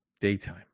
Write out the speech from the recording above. Daytime